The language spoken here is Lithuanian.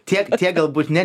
tiek galbūt ne nes